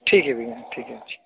ठीक है भैया ठीक है